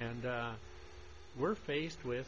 and we're faced with